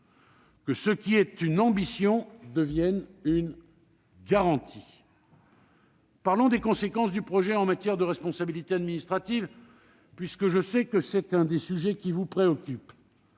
que ce qui est une ambition devienne une garantie. Parlons des conséquences du projet en matière de responsabilité administrative, puisque je sais que c'est l'un des sujets qui vous préoccupent.